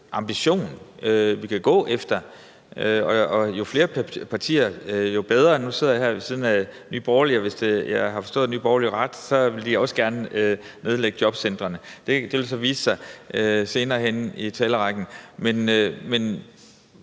ambition, vi kan gå efter, og jo flere partier, jo bedre. Nu sidder jeg her ved siden af Nye Borgerlige, og hvis jeg har forstået Nye Borgerlige ret, vil de også gerne nedlægge jobcentrene. Det vil så vise sig senere hen i talerrækken. Men